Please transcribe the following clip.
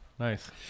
Nice